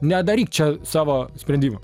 nedaryk čia savo sprendimo